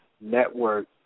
Network